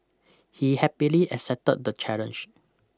he happily accepted the challenge